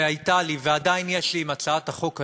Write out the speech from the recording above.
שהייתה לי, ועדיין יש לי, עם הצעת החוק הזאת,